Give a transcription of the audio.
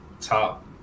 top